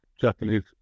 Japanese